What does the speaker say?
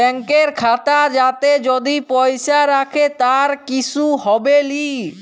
ব্যাংকের খাতা যাতে যদি পয়সা রাখে তার কিসু হবেলি